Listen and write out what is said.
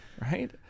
Right